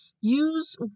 use